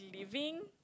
living